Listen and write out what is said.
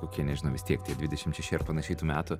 kokie nežinau vis tiek tie dvidešim šeši ar panašiai tų metų